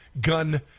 gun